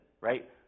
Right